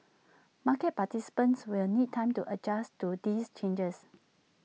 market participants will need time to adjust to these changes